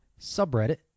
subreddit